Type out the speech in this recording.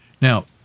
Now